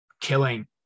killing